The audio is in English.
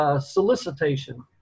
Solicitation